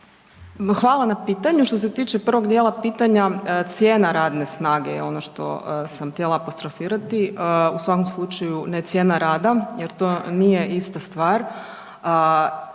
Hvala na pitanju. Što se tiče prvog dijela pitanja cijena radne snage je ono što sam htjela apostrofirati u svakom slučaju ne cijena rada jer to nije ista stvar.